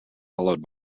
followed